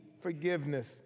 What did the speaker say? forgiveness